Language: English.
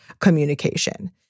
communication